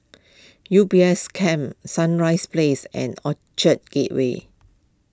U B S Cam Sunrise Place and Orchard Gateway